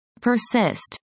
Persist